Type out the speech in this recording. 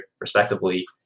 respectively